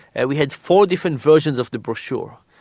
and we had four different versions of the brochure.